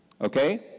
Okay